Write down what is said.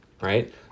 right